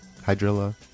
hydrilla